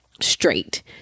straight